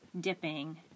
dipping